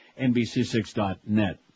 NBC6.net